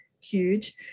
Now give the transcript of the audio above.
huge